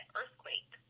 earthquake